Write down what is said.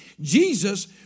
Jesus